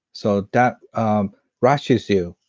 so that um rushes you.